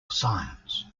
science